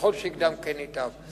ככל שיקדם כן ייטב.